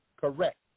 correct